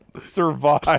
survive